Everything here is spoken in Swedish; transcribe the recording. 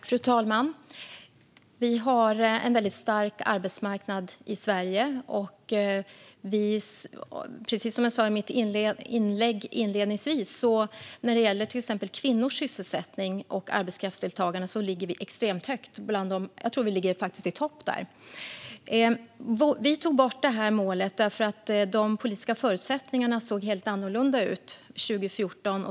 Fru talman! Vi har en väldigt stark arbetsmarknad i Sverige. Precis som jag sa i mitt inlägg inledningsvis ligger vi extremt högt till exempel när det gäller kvinnors sysselsättning och arbetskraftsdeltagande; jag tror faktiskt att vi ligger i topp där. Vi tog bort det här målet därför att de politiska förutsättningarna såg helt annorlunda ut 2014.